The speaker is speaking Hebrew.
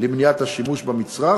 למניעת השימוש במצרך